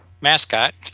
mascot